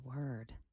word